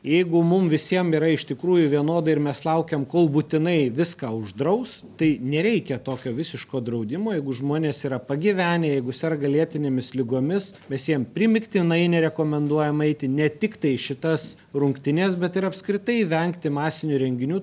jeigu mum visiem yra iš tikrųjų vienodai ir mes laukiam kol būtinai viską uždraus tai nereikia tokio visiško draudimo jeigu žmonės yra pagyvenę jeigu serga lėtinėmis ligomis visiem primygtinai nerekomenduojama eiti ne tiktai į šitas rungtynes bet ir apskritai vengti masinių renginių